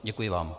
Děkuji vám.